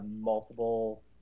multiple